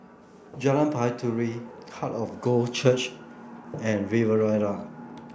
Jalan Baiduri Heart of God Church and Riviera